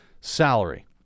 salary